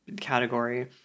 category